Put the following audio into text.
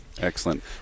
excellent